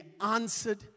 answered